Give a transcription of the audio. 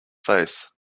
face